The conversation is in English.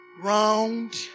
Round